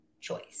choice